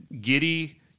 Giddy